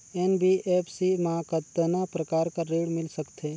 NBFC मा कतना प्रकार कर ऋण मिल सकथे?